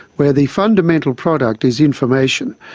where the fundamental product is information.